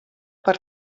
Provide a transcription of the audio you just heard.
per